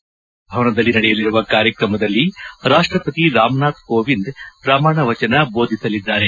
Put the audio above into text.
ರಾಷ್ಟಪತಿ ಭವನದಲ್ಲಿ ನಡೆಯಲಿರುವ ಕಾರ್ಯಕ್ರಮದಲ್ಲಿ ರಾಷ್ಟಪತಿ ರಾಮನಾಥ್ ಕೋವಿಂದ್ ಪ್ರಮಾಣ ವಚನ ಬೋಧಿಸಲಿದ್ದಾರೆ